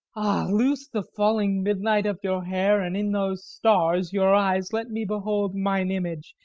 loose the falling midnight of your hair, and in those stars, your eyes, let me behold mine image,